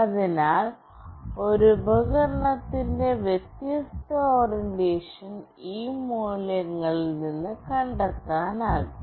അതിനാൽ ഒരു ഉപകരണത്തിന്റെ വ്യത്യസ്ത ഓറിയന്റേഷൻ ഈ മൂല്യത്തിൽ നിന്ന് കണ്ടെത്താനാകും